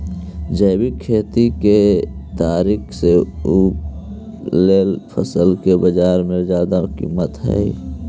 जैविक खेती के तरीका से उगाएल फसल के बाजार में जादा कीमत हई